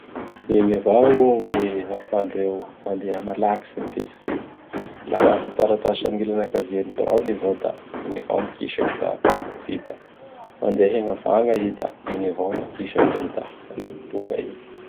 Igny avao gny ahafahandreo mandeha malaky tsy mivezivezy. Laha haka taratasy am gn' ilany ankavian'ny biraony i izao; da igny avao gn mikisaky da vita. Handeha hegnavagna i da igny avao gn' akisakiny da malaky tonga i.